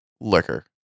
liquor